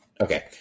Okay